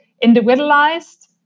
individualized